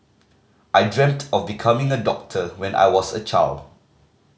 I dreamt of becoming a doctor when I was a child